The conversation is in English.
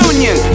Union